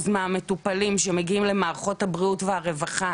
מהמטופלים שמגיעים למערכות הבריאות והרווחה,